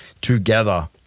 together